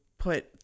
put